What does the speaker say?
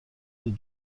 زود